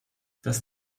das